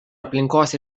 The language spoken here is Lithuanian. aplinkos